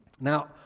Now